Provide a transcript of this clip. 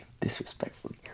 disrespectfully